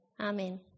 Amen